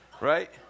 right